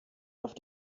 auf